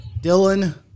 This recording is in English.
Dylan